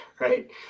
right